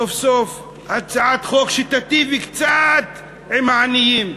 סוף-סוף הצעת חוק שתיטיב קצת עם העניים.